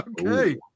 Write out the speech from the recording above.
Okay